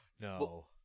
No